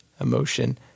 emotion